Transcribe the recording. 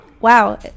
Wow